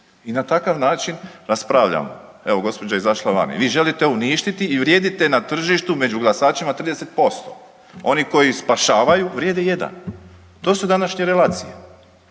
i na takav način raspravljamo. Evo gospođa je izašla van, vi želite uništiti i vrijedite na tržištu među glasačima 30%, oni koji spašavaju vrijede jedan to su današnje relacije,